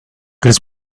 his